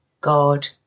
God